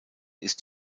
ist